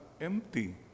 empty